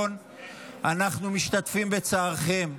אנחנו משתתפים בצערכם,